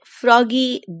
Froggy